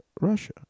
Russia